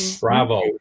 Bravo